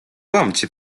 łamcie